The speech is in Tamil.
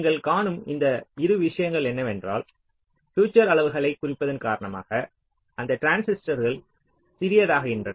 நீங்கள் காணும் இரு விஷயங்கள் என்னவென்றால் பியூசர் அளவுகளை குறைப்பதன் காரணமாக அந்த டிரான்சிஸ்டர்கள் சிறியதாக ஆகின்றன